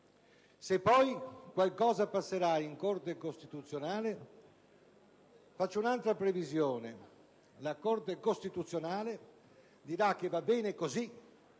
Se poi qualcosa passerà in Corte costituzionale faccio un'altra previsione: la Corte costituzionale dirà che va bene così